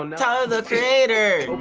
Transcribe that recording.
um tyler the creator!